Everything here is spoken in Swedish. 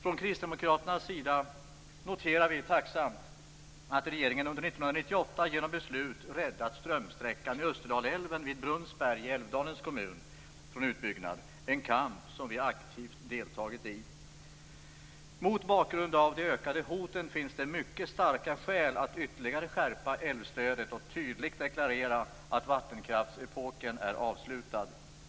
Vi kristdemokrater noterar tacksamt att regeringen under 1998 genom beslut räddat strömsträckan i Österdalälven vid Brunnsberg i Älvdalens kommun från utbyggnad. Det är en kamp som vi aktivt deltagit i. Mot bakgrund av de ökade hoten finns det mycket starka skäl för att ytterligare skärpa älvstödet och tydligt deklarera att vattenkraftsepoken är avslutad.